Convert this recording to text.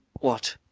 what,